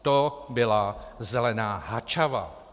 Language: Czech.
To byla zelená Hačava.